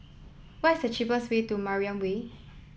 what is the cheapest way to Mariam Way